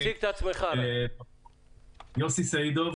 יוסי סעידוב,